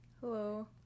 Hello